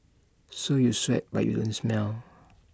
so you sweat but you don't smell